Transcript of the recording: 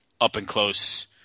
up-and-close